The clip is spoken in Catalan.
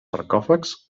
sarcòfags